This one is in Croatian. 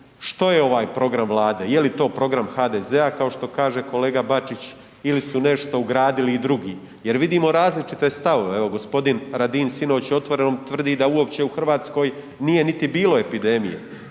što je ovaj program Vlade, jeli to program HDZ-a kao što kaže kolega Bačić ili su nešto ugradili i drugi? Jer vidimo različite stavove, evo gospodin Radin sinoć u „Otvorenom“ tvrdi da uopće u Hrvatskoj nije niti bilo epidemije.